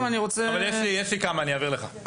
יש לי כמה, אני אעביר לך.